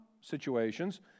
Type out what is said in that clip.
situations